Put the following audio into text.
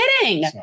kidding